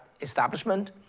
establishment